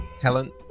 Helen